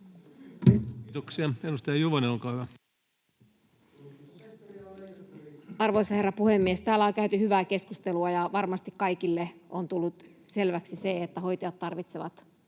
Arvoisa herra puhemies! Täällä on käyty hyvää keskustelua, ja varmasti kaikille on tullut selväksi, että hoitajat tarvitsevat